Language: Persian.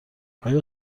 آیا